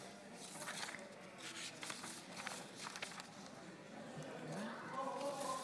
מצביע איתן גינזבורג,